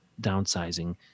downsizing